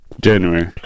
january